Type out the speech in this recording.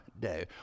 day